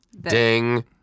Ding